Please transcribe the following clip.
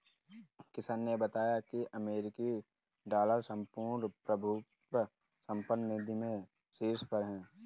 किशन ने बताया की अमेरिकी डॉलर संपूर्ण प्रभुत्व संपन्न निधि में शीर्ष पर है